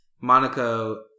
Monaco